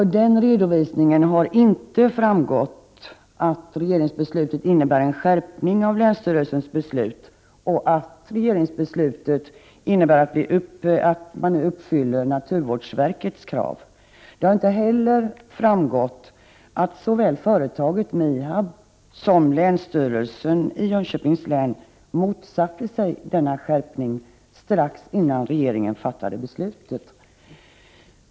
Av den redovisningen har inte framgått att regeringsbeslutet innebär en skärpning av länsstyrelsens beslut och att man därmed uppfyller naturvårdsverkets krav. Det har inte heller framgått att såväl företaget MIHAB som länsstyrelsen i Jönköpings län strax innan regeringen fattade beslut i frågan motsatte sig denna skärpning.